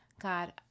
God